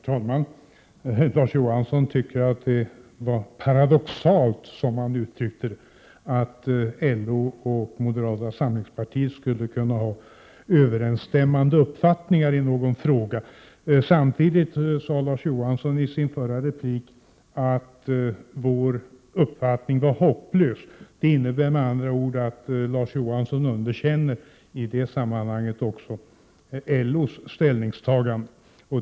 Herr talman! Larz Johansson tycker att det är paradoxalt, som han uttryckte det, att LO och moderata samlingspartiet skulle kunna ha överensstämmande uppfattningar i någon fråga. Larz Johansson sade också i sin förra replik att vår uppfattning var hopplös. Det innebär med andra ord att Larz Johansson i det sammanhanget också underkänner LO:s ställningstagande.